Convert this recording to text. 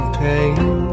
pain